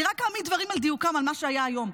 אני רק אעמיד דברים על דיוקם על מה שהיה היום.